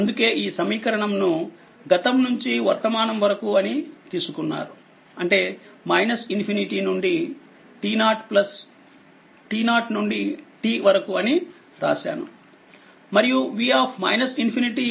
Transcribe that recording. అందుకే ఈ సమీకరణం ని గతం నుంచి వర్తమానం వరకు అని తీసుకున్నారు అంటే ∞ నుండి t0 t0నుండిtవరకు అనినేను రాశాను